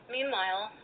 Meanwhile